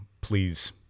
please –